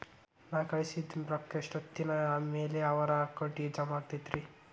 ನಾವು ಕಳಿಸಿದ್ ರೊಕ್ಕ ಎಷ್ಟೋತ್ತಿನ ಮ್ಯಾಲೆ ಅವರ ಅಕೌಂಟಗ್ ಜಮಾ ಆಕ್ಕೈತ್ರಿ?